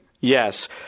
yes